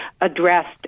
addressed